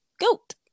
goat